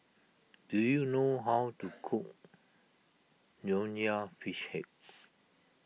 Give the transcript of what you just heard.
do you know how to cook Nonya Fish Head